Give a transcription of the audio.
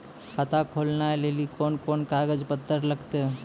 खाता खोलबाबय लेली कोंन कोंन कागज पत्तर लगतै?